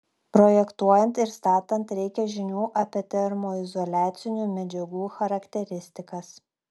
projektuojant ir statant reikia žinių apie termoizoliacinių medžiagų charakteristikas